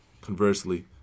Conversely